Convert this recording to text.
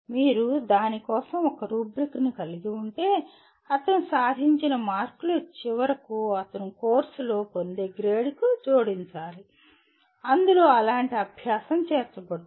మీరు దాని కోసం ఒక రుబ్రిక్ కలిగి ఉంటే అతను సాధించిన మార్కులు చివరకు అతను ఆ కోర్సులో పొందే గ్రేడ్కు జోడించబడాలి అందులో అలాంటి అభ్యాసం చేర్చబడుతుంది